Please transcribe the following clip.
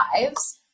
lives